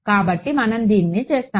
కాబట్టి మనం దీన్ని చేస్తాము